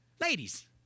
Ladies